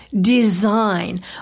design